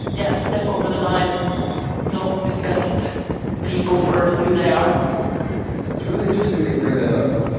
yeah. step over the line and don't respect people for who they are it's really interesting that you bring that up.